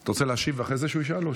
אתה רוצה להשיב ואחרי זה הוא ישאל?